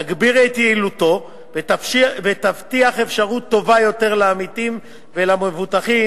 תגביר את יעילותו ותבטיח אפשרות טובה יותר לעמיתים ולמבוטחים